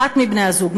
אחת מבני-הזוג,